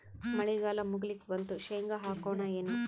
ಮಳಿಗಾಲ ಮುಗಿಲಿಕ್ ಬಂತು, ಶೇಂಗಾ ಹಾಕೋಣ ಏನು?